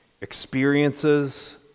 Experiences